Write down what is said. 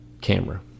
camera